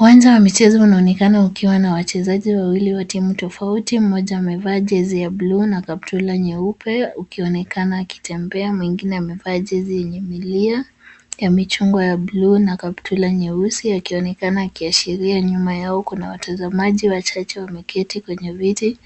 Uwanja wa michezo unaoonekana ukiwa na wachezaji wawili wa timu tofauti, mmoja amevaa jezi ya bluu na kaptula nyeupe, ukionekana kitembea. Mwingine amevaa jezi yenye milia, yamechongwa ya bluu na kaptula nyeusi. Yakionekana yakiashiria nyuma yao kuna watazamaji wachache wameketi kwenye viti.